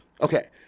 Okay